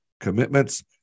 commitments